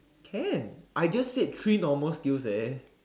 can I just said three normal skills eh